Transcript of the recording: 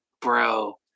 Bro